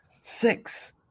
six